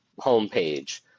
homepage